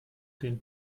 den